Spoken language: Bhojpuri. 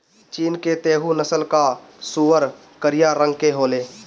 चीन के तैहु नस्ल कअ सूअर करिया रंग के होले